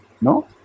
no